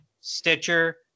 stitcher